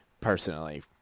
personally